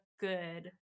good